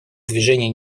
движения